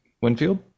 winfield